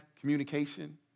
communication